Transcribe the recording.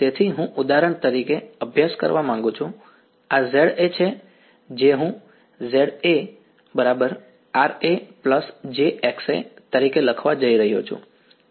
તેથી હું ઉદાહરણ તરીકે અભ્યાસ કરવા માંગુ છું આ Za જે હું Za Ra jXa તરીકે લખવા જઈ રહ્યો છું